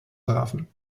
trafen